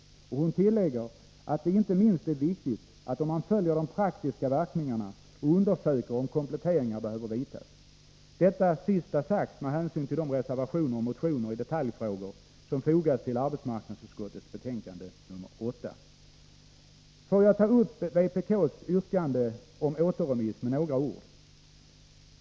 Hon tillägger att det inte är minst viktigt att man följer de praktiska verkningarna och undersöker om kompletteringar behöver vidtas — detta sista sagt med hänsyn till de reservationer och motioner i detaljfrågor som fogats till arbetsmarknadsutskottets betänkande nr 8. Så några ord om vpk:s yrkande om återremiss.